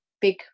big